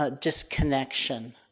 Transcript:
disconnection